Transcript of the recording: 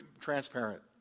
transparent